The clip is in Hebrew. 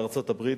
בארצות-הברית,